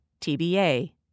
TBA